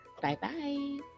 Bye-bye